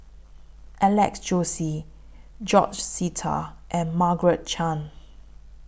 Alex Josey George Sita and Margaret Chan